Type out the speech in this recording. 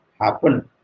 happen